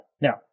Now